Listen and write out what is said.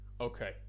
Okay